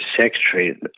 secretary